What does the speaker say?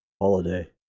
Holiday